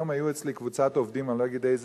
היום היתה אצלי קבוצת עובדים, מעובדי הרכבת,